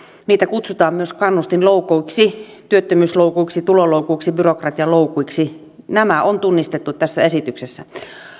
niitä kutsutaan myös kannustinloukuiksi työttömyysloukuiksi tuloloukuiksi byrokratialoukuiksi nämä on tunnistettu tässä esityksessä